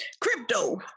Crypto